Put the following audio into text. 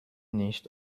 nicht